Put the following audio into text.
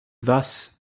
thus